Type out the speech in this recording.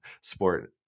sport